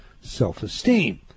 self-esteem